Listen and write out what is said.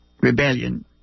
rebellion